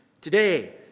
Today